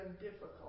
difficult